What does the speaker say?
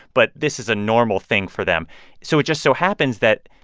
but this is a normal thing for them so it just so happens that,